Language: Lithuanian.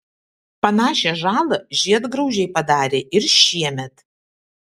panašią žalą žiedgraužiai padarė ir šiemet